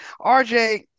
RJ